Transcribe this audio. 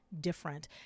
different